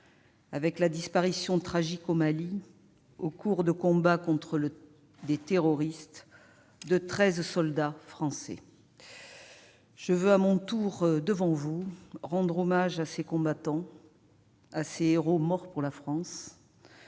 avec la disparition tragique, au Mali, au cours de combats contre des terroristes, de treize soldats français. Je veux à mon tour, devant vous, rendre hommage à ces combattants, à ces héros morts pour la France,